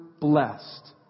blessed